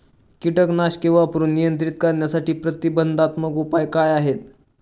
कीटकनाशके वापरून नियंत्रित करण्यासाठी प्रतिबंधात्मक उपाय काय आहेत?